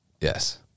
Yes